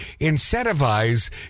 incentivize